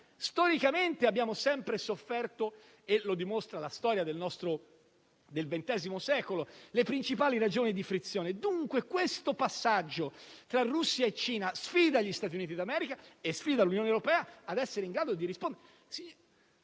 storicamente abbiamo sempre sofferto, come dimostra la storia del Ventesimo secolo, le principali ragioni di frizione. Dunque, questo passaggio tra Russia e Cina sfida gli Stati Uniti d'America e sfida l'Unione europea ad essere in grado di rispondere.